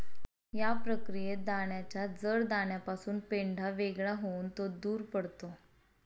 या प्रक्रियेत दाण्याच्या जड दाण्यापासून पेंढा वेगळा होऊन तो दूर पडतो